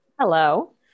Hello